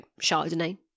Chardonnay